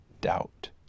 doubt